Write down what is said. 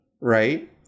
Right